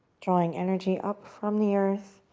drawing energy up from the earth,